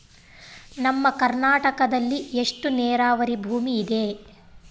ನಮ್ಮ ಕರ್ನಾಟಕದಲ್ಲಿ ಎಷ್ಟು ನೇರಾವರಿ ಭೂಮಿ ಇದೆ?